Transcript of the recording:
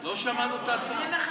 לא שמענו את ההצעה.